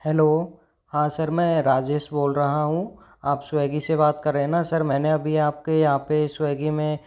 hello हाँ sir मैं राजेश बोल रहा हूँ आप स्वेगी से बात कर रहे हैं ना सर मैंने अभी आपके यहाँ पे स्वेगी में